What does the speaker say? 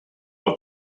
out